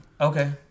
Okay